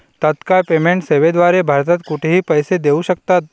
तत्काळ पेमेंट सेवेद्वारे भारतात कुठेही पैसे देऊ शकतात